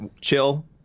chill